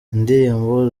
indirimbo